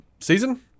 season